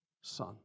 son